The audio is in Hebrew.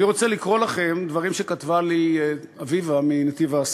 אני רוצה לקרוא לכם דברים שכתבה לי אביבה מנתיב-העשרה: